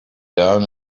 down